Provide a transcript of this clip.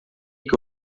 que